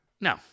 No